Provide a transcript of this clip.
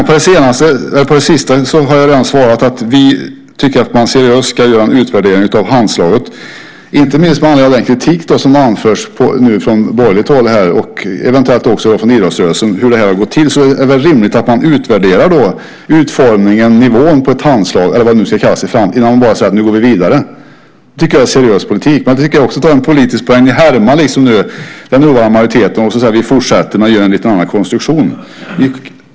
Herr talman! På den sista frågan har jag redan svarat att vi tycker att man ska göra en utvärdering av Handslaget, inte minst med anledning av den kritik som anförs från borgerligt håll och eventuellt också från idrottsrörelsen när det gäller hur det här har gått till. Då är det väl rimligt att man utvärderar utformningen och nivån på Handslaget eller vad det ska kallas i framtiden, och inte bara säger att nu går vi vidare. Det tycker jag är seriös politik. Nu tänker jag också ta en politisk poäng. Ni härmar liksom den rådande majoriteten och säger att vi fortsätter men gör en lite annorlunda konstruktion.